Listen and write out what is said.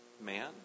man